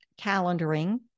calendaring